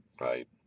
Right